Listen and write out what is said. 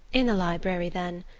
in the library, then.